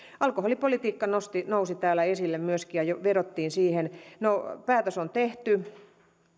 alkoholipolitiikka nousi myöskin täällä esille ja vedottiin siihen no päätös on tehty